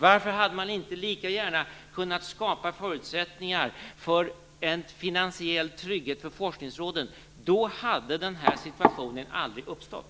Varför hade man inte lika gärna kunnat skapa förutsättningar för en finansiell trygghet för forskningsråden? Då hade den här situationen aldrig uppstått.